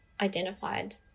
identified